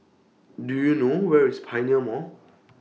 Do YOU know Where IS Pioneer Mall